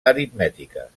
aritmètiques